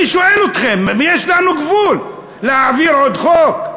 אני שואל אתכם אם יש לנו גבול, להעביר עוד חוק.